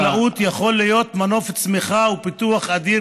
ענף החקלאות יכול להיות מנוף צמיחה ופיתוח אדיר